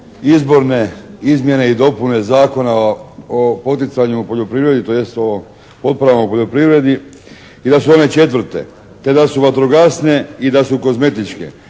izborne izmjene i dopune Zakona o poticanju u poljoprivredi tj. o potporama u poljoprivredi i da su one četvrte, te da su vatrogasne i da su kozmetičke.